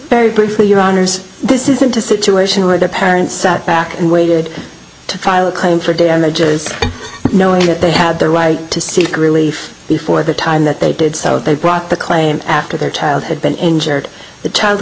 very briefly your honour's this isn't a situation where the parents sat back and waited to file a claim for damages knowing that they had the right to seek relief before the time that they did so they brought the claim after their child had been injured the child